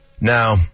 Now